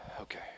Okay